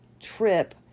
trip